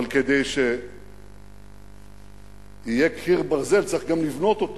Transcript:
אבל כדי שיהיה קיר ברזל, צריך גם לבנות אותו